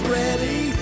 ready